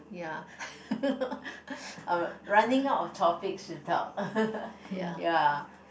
ya running out of topics to talk ya